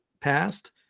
passed